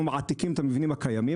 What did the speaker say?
מעתיקים את המבנים הקיימים,